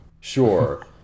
Sure